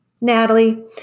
Natalie